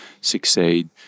succeed